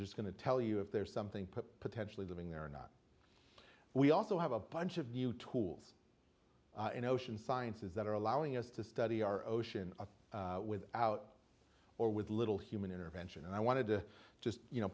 just going to tell you if there's something potentially living there or not we also have a bunch of new tools in ocean sciences that are allowing us to study our ocean with out or with little human intervention and i wanted to just you know